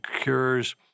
cures